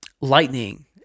lightning